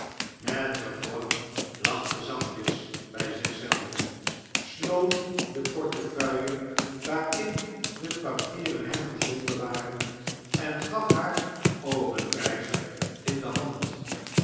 lachte zachtjes by zichzelven sloot de portefeuille waarin de papieren hem gezonden waren en gaf haar obenreizer in de hand